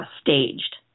staged